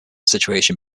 situation